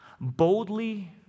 boldly